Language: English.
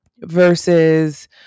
Versus